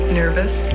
nervous